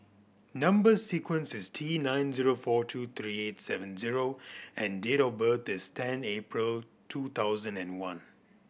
number sequence is T nine zero four two three eight seven zero and date of birth is ten April two thousand and one